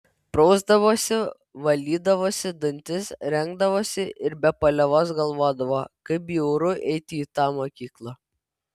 prausdavosi valydavosi dantis rengdavosi ir be paliovos galvodavo kaip bjauru eiti į tą mokyklą